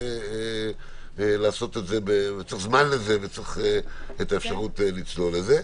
וצריך זמן לזה וצריך את האפשרות לצלול לזה.